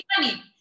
money